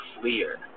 clear